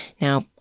Now